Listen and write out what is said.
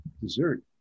dessert